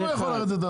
בכמה יכול לרדת?